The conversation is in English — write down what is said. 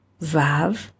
Vav